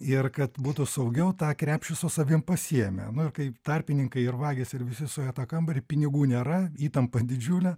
ir kad būtų saugiau tą krepšį su savim pasiėmi nu ir kai tarpininkai ir vagys ir visi suėjo į tą kambarį pinigų nėra įtampa didžiulė